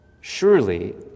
Surely